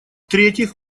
третьих